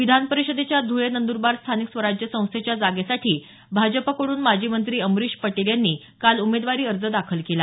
विधान परिषदेच्या धुळे नंदरबार स्थानिक स्वराज्य संस्थेच्या जागेसाठी भाजपकड्रन माजी मंत्री अमरीश पटेल यांनी काल उमेदवारी अर्ज दाखल केला